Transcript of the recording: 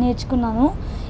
నేర్చుకున్నాను